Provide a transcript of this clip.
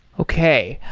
okay.